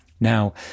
Now